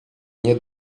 nie